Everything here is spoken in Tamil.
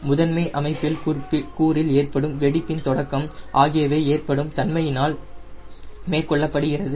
முதன்மை அமைப்பியல் கூறில் ஏற்படும் வெடிப்பின் தொடக்கம் ஆகியவை ஏற்படும் தன்மையினால் மேற்கொள்ளப்படுகிறது